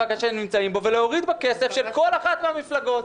הקשה שהציבור נמצא בו ולהוריד בכסף של כל אחת מן המפלגות.